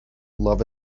love